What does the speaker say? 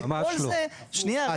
וכל זה --- ממש לא,